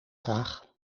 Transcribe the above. graag